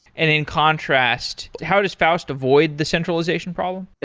and in contrast, how does faust avoid the centralization problem?